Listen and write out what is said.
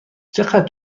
چقدر